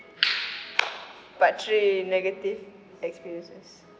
part three negative experiences